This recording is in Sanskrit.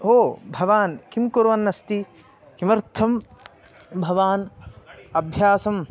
ओ भवान् किं कुर्वन्नस्ति किमर्थं भवान् अभ्यासं